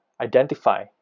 identify